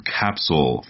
capsule